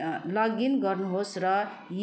login गर्नुहोस् र